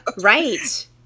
right